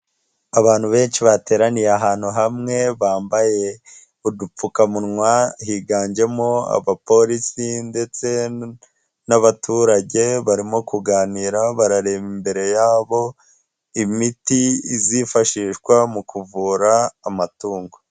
Abantu benshi bateraniye ahantu hamwe bambaye udupfukamunwa, higanjemo abapolisi ndetse n'abaturage barimo kuganira, barareba imbere yabo imiti izifashishwa mu kuvura amatungo.